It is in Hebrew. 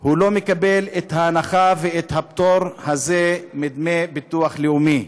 לא מקבל את ההנחה ואת הפטור הזה מדמי ביטוח לאומי.